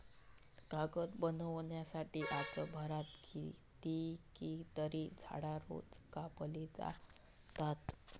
कागद बनवच्यासाठी जगभरात कितकीतरी झाडां रोज कापली जातत